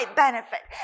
benefit